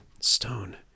Stone